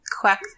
Quack